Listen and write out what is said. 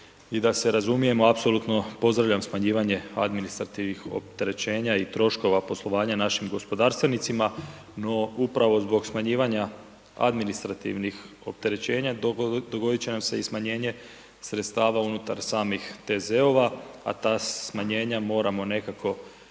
i da se razumijemo, apsolutno pozdravljam smanjivanje administrativnih opterećenja i troškova poslovanja našim gospodarstvenicima no upravo zbog smanjivanja administrativnih rasterećenja, dogodit će nam se smanjenje sredstava unutar samih TZ-ova a ta smanjenja moramo nekako nadomjestiti